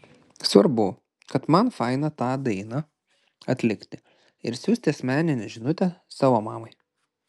svarbu kad man faina tą dainą atlikti ir siųsti asmeninę žinutę savo mamai